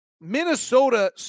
Minnesota